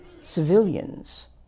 civilians